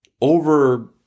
over